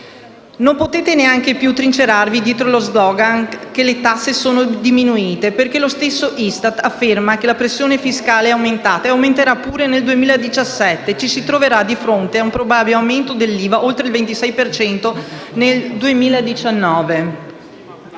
Non potete neanche più trincerarvi dietro lo *slogan* che le tasse sono diminuite, perché lo stesso ISTAT ha affermato che la pressione fiscale è aumentata aumenterà pure nel 2017, e ci si troverà di fronte un probabile aumento dell'IVA oltre il 26 per cento